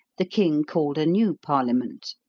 the king called a new parliament,